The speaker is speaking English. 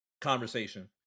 conversation